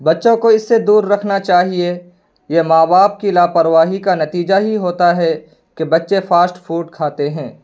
بچوں کو اس سے دور رکھنا چاہیے یہ ماں باپ کی لا پرواہی کا نتیجہ ہی ہوتا ہے کہ بچے فاسٹ فوڈ کھاتے ہیں